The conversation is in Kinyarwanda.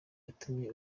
yatumye